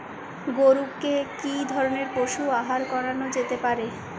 গরু কে কি ধরনের পশু আহার খাওয়ানো যেতে পারে?